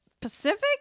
Pacific